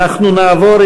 אנחנו נעבור,